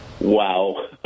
Wow